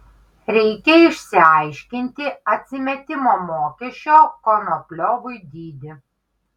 reikia išsiaiškinti atsimetimo mokesčio konopliovui dydį